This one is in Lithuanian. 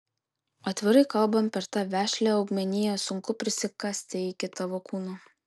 atvirai kalbant per tą vešlią augmeniją sunku prisikasti iki tavo kūno